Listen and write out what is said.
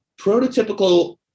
prototypical